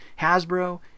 Hasbro